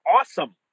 awesome